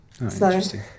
interesting